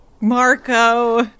Marco